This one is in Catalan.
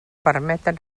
permeten